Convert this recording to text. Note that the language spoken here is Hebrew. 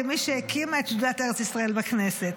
כמי שהקימה את שדולת ארץ ישראל בכנסת,